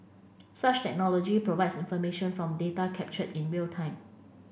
such technology provides information from data captured in real time